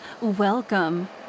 Welcome